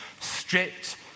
stripped